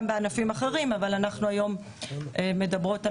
גם לענפים אחרים אבל אנחנו מדברות על